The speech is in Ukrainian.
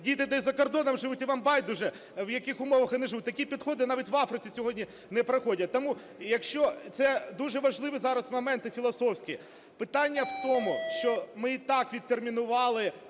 діти десь закордоном живуть і вам байдуже, в яких умовах вони живуть! Такі підходи навіть в Африці сьогодні не проходять. Тому якщо, це дуже важливі зараз моменти філософські. Питання в тому, що ми і так відтермінували